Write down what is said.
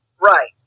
Right